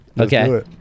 okay